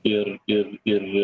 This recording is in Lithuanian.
ir ir ir